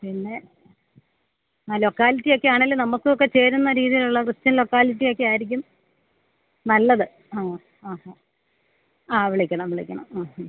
പിന്നെ ലോക്കാലിറ്റിയൊക്കെയാണെങ്കിലും നമുക്കുമൊക്കെ ചേരുന്ന രീതിയിലുള്ള ക്രിസ്ത്യൻ ലൊക്കാലിറ്റിയൊക്കെയായിരി ക്കും നല്ലത് ആ ആ ഹാ ആ വിളിക്കണം വിളിക്കണം ഹും ഹും